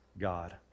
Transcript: God